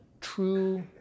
true